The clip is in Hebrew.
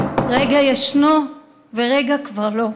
רגע ישנו ורגע כבר לא.